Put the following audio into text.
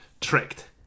tricked